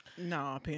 No